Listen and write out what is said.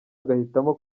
agahitamo